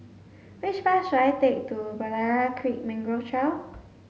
which bus should I take to Berlayer Creek Mangrove Trail